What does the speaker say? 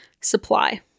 supply